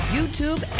YouTube